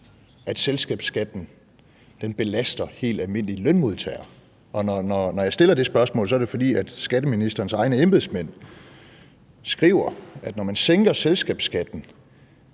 at selskabsskatten belaster helt almindelige lønmodtagere. Når jeg stiller det spørgsmål, er det, fordi skatteministerens egne embedsmænd skriver, at det, når man sænker selskabsskatten,